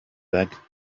back